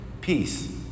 peace